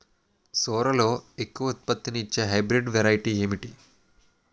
సోరలో ఎక్కువ ఉత్పత్తిని ఇచే హైబ్రిడ్ వెరైటీ ఏంటి?